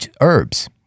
herbs